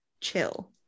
chill